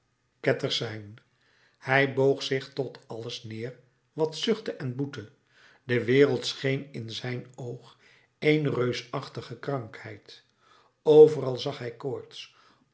ketters zijn hij boog zich tot alles neer wat zuchtte en boette de wereld scheen in zijn oog één reusachtige krankheid overal zag hij koorts